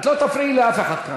את לא תפריעי לאף אחד כאן.